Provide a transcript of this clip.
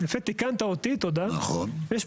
אני לא יודע את מי אני מחזק